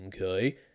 Okay